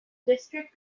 district